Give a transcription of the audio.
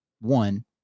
one